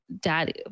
daddy